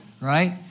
right